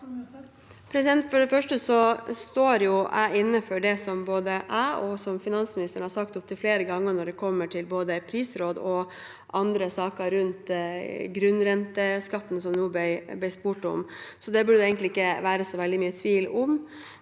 For det første står jeg inne for det som både jeg og finansministeren har sagt opp til flere ganger når det gjelder både prisråd og andre saker rundt grunnrenteskatten, som det nå ble spurt om. Det burde det egentlig ikke være så veldig mye tvil om.